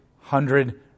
hundred